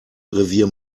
revier